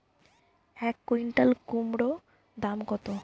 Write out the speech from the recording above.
এক কুইন্টাল কুমোড় দাম কত?